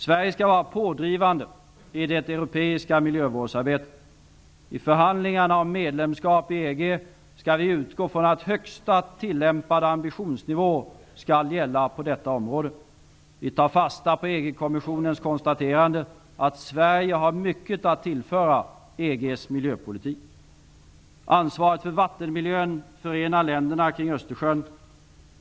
Sverige skall vara pådrivande i det europeiska miljövårdsarbetet. I förhandlingarna om svenskt medlemskap i EG skall Sverige utgå från att högsta tillämpade ambitionsnivå skall gälla på miljöområdet. Vi tar fasta på EG-kommissionens konstaterande att Sverige har mycket att tillföra Ansvaret för vattenmiljön förenar länderna kring Östersjön.